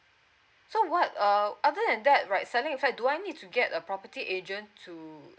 so what err other than that right selling the flat do I need to get a property agent to